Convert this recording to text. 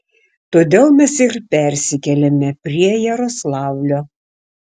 todėl mes ir persikėlėme prie jaroslavlio